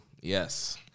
Yes